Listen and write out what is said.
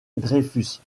dreyfus